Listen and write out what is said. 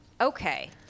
Okay